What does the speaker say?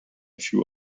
few